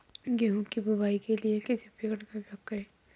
गेहूँ की बुवाई के लिए किस उपकरण का उपयोग करें?